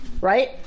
right